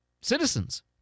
citizens